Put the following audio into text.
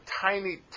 tiny